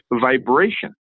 vibration